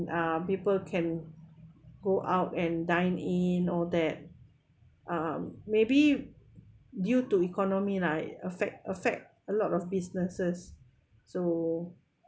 um people can go out and dine in or that um maybe due to economy lah affect affect a lot of businesses so